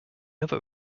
other